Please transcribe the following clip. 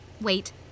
Wait